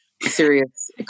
serious